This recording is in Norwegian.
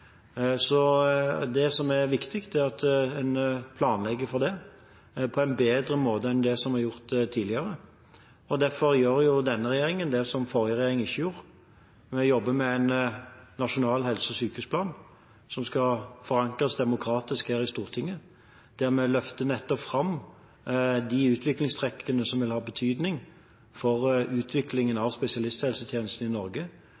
Så det vil være behov for vekst begge steder. Det som er viktig, er at en planlegger for det på en bedre måte enn det som er gjort tidligere. Derfor gjør denne regjeringen det som forrige regjering ikke gjorde. Vi jobber med en nasjonal helse- og sykehusplan som skal forankres demokratisk her i Stortinget, der vi nettopp løfter fram de utviklingstrekkene som vil ha betydning for utviklingen av spesialisthelsetjenesten i Norge.